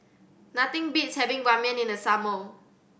nothing beats having Ramen in the summer